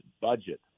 budget